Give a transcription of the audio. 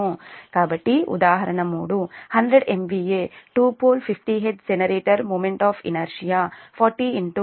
కాబట్టి ఉదాహరణ 3 100 MVA 2 pole 50hz generator moment of inertia 40 103 Kg meter2